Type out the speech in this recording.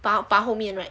拔拔后面 right